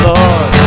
Lord